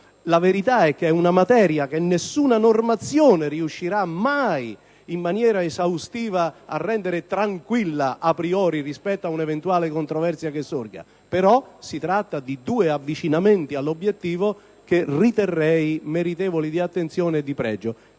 La verità è che si tratta di una materia che nessuna normazione riuscirà mai in maniera esaustiva a rendere tranquilla *a priori* rispetto a un'eventuale controversia che sorga. Si tratta tuttavia di due avvicinamenti all'obiettivo, che riterrei meritevoli di attenzione e di pregio.